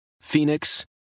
Phoenix